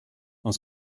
aus